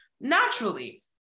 Naturally